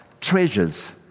treasures